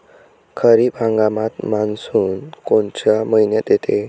खरीप हंगामात मान्सून कोनच्या मइन्यात येते?